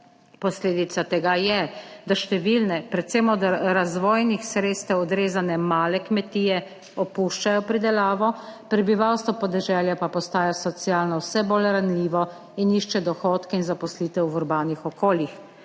Posledica tega je, da številne, predvsem od razvojnih sredstev odrezane male kmetije opuščajo pridelavo, prebivalstvo podeželja pa postaja socialno vse bolj ranljivo in išče dohodke in zaposlitev v urbanih okoljih.